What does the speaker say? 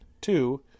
Two